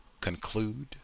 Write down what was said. conclude